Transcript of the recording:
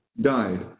died